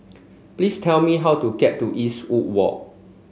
please tell me how to get to Eastwood Walk